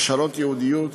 הכשרות ייעודיות,